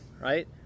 right